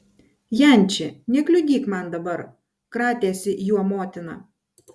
janči nekliudyk man dabar kratėsi juo motina